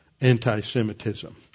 anti-Semitism